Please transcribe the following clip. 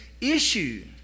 issue